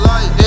Light